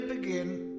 begin